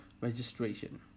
registration